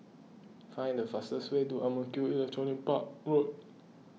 find the fastest way to Ang Mo Kio Electronics Park Road